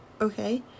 Okay